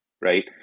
right